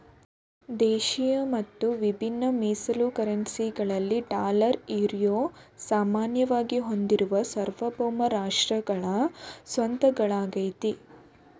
ದೇಶಿಯ ಮತ್ತು ವಿಭಿನ್ನ ಮೀಸಲು ಕರೆನ್ಸಿ ಗಳಲ್ಲಿ ಡಾಲರ್, ಯುರೋ ಸಾಮಾನ್ಯವಾಗಿ ಹೊಂದಿರುವ ಸಾರ್ವಭೌಮ ರಾಷ್ಟ್ರಗಳ ಸ್ವತ್ತಾಗಳಾಗೈತೆ